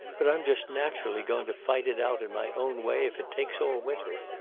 but i'm just naturally going to fight it out in my own way if it takes all winter.